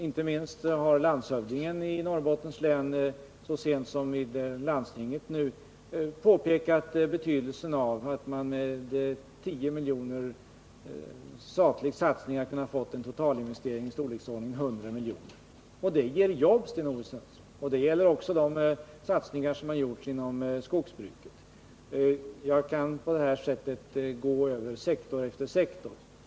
Inte minst har landshövdingen i Norrbottens län så sent som vid vårt landsting nyligen påpekat betydelsen av att man med 10 milj.kr. i statlig satsning har kunnat få en totalinvestering i storleksordningen 100 miljoner. Det ger jobb, Sten-Ove Sundström. Det gäller också de satsningar som gjorts inom skogsbruket. Jag kan på det här sättet ta upp sektor efter sektor.